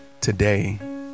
Today